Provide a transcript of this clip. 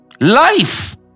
Life